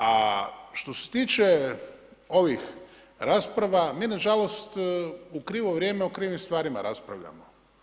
A što se tiče ovih rasprava, mi nažalost u krivo vrijeme o krivim stvarima raspravljamo.